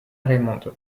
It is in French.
raymonde